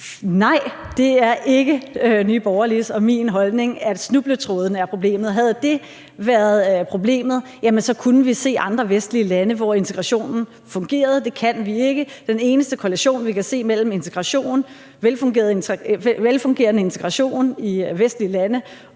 min holdning, at snubletrådene er problemet. Havde det været problemet, så kunne vi se andre vestlige lande, hvor integrationen fungerede. Det kan vi ikke. Den eneste korrelation, vi kan se i forholdet mellem velfungerende integration i vestlige lande